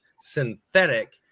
synthetic